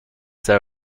there